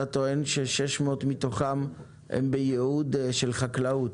אתה טוען ש-600 דונם מתוכם הם בייעוד של חקלאות.